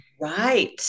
Right